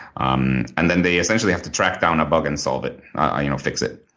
um and then they essentially have to track down a bug and solve it, ah you know, fix it.